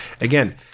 Again